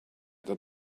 that